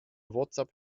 whatsapp